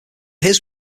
his